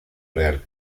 real